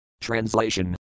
Translation